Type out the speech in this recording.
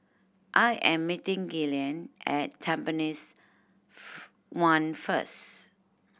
I am meeting Gillian at Tampines One first